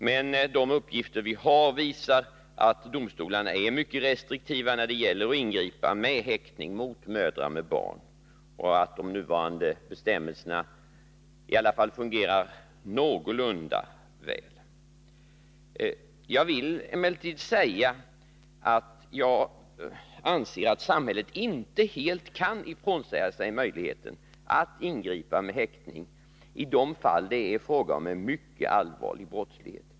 Men de uppgifter som vi har visar att domstolarna är mycket restriktiva när det gäller att ingripa med häktning mot mödrar med barn och att de nuvarande bestämmelserna i alla fall fungerar någorlunda väl. Jag vill emellertid säga att jag anser att samhället inte helt kan frånsäga sig möjligheten att ingripa med häktning i de fall där det är fråga om en mycket allvarlig brottslighet.